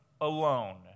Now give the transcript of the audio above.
alone